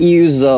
use